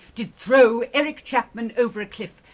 did throw eric chapman over a cliff,